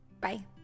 Bye